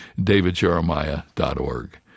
davidjeremiah.org